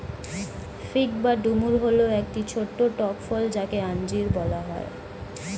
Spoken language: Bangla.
ফিগ বা ডুমুর হল একটি ছোট্ট টক ফল যাকে আঞ্জির বলা হয়